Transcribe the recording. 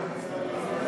מאוד.